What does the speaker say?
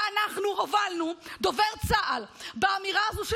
ואנחנו הובלנו, דובר צה"ל, באמירה הזו שלו,